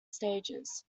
stages